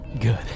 Good